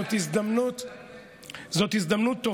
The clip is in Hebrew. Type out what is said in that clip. זאת הזדמנות טובה,